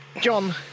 John